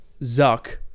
Zuck